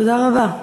תודה רבה.